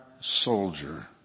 soldier